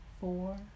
four